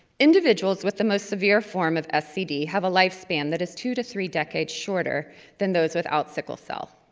individuals with the most severe form of scd have a lifespan that is two to three decades shorter than those without sickle cell.